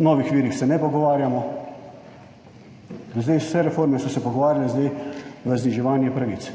O novih virih se ne pogovarjamo. Zdaj vse reforme so se pogovarjale, zdaj v zniževanje pravic.